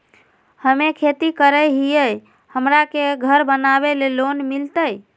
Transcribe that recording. हमे खेती करई हियई, हमरा के घर बनावे ल लोन मिलतई?